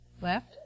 left